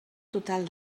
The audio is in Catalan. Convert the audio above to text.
total